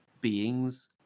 beings